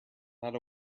not